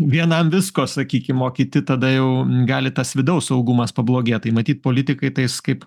vienam visko sakykim o kiti tada jau gali tas vidaus saugumas pablogėja tai matyt politikai tais kaip